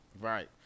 Right